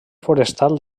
forestal